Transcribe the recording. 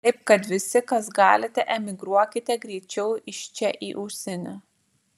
taip kad visi kas galite emigruokite greičiau iš čia į užsienį